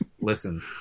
listen